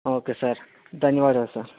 okay sir ధన్యవాదాలు sir